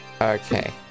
Okay